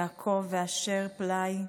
יעקב ואשר פלאי,